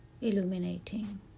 illuminating